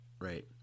Right